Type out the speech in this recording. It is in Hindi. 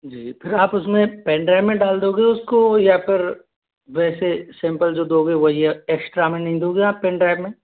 जी फिर आप उसमें पेनड्राइव में डाल दोगे उसको या फिर वैसे सिंपल जो दोगे वही एक्स्ट्रा हमें नहीं दोगे आप पेनड्राइव में